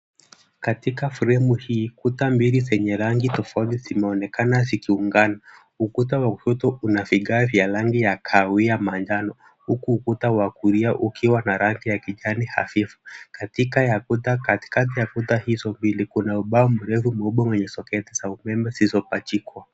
Katika fremu hii, kuta mbili zenye rangi tofauti zimeonekana zikiungana. Ukuta wa kushoto una vigae vya rangi ya kahawia, manjano, huku ukuta wa kulia ukiwa na rangi ya kijani hafifu. Katikati ya kuta hizo mbili, kuna ubao mrefu, mkubwa, wenye soketi za umeme zilizopachikwa.